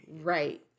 Right